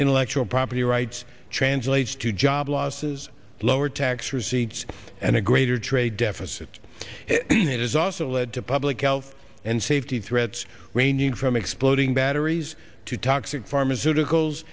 intellectual property rights translates to job losses lower tax receipts and a greater trade deficit in it has also led to public health and safety threats ranging from exploding batteries to toxic pharmaceuticals